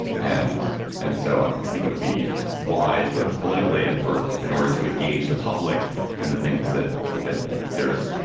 and and so i think we'd be wise both politically and for in order to engage the public in the things that that there is.